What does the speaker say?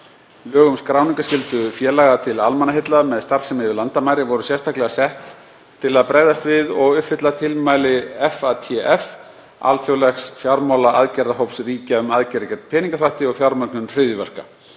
Lög um skráningarskyldu félaga til almannaheilla með starfsemi yfir landamæri voru sérstaklega sett til að bregðast við og uppfylla tilmæli FATF, alþjóðlegs fjármálaaðgerðahóps ríkja um aðgerðir gegn peningaþvætti og fjármögnun hryðjuverka,